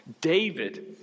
David